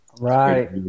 right